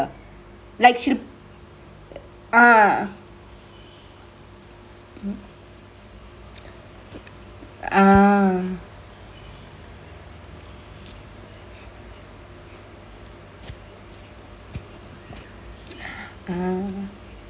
ah ah